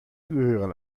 gehören